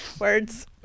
words